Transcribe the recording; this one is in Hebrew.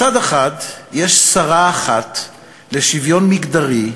מצד אחד יש שרה אחת לשוויון מגדרי,